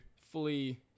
fully